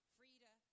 Frida